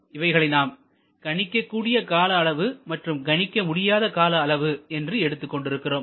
இவைகளை நாம் கணிக்கக் கூடிய கால அளவு மற்றும் கணிக்க முடியாத கால அளவு என்று எடுத்துக் கொண்டிருக்கிறோம்